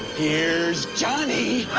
here's johnny!